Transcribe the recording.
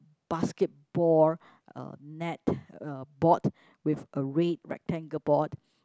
basketball uh net uh board with a red rectangle board